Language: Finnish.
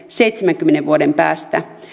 seitsemänkymmenen vuoden päästä